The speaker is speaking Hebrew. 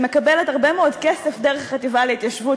שמקבלת הרבה מאוד כסף דרך החטיבה להתיישבות